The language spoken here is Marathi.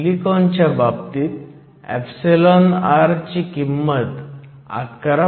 सिलिकॉनच्या बाबतीत r ची किंमत 11